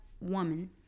woman